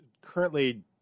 Currently